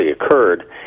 occurred